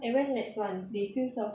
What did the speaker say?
I went nex [one] they still serve